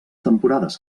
temporades